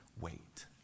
wait